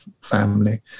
family